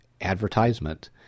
advertisement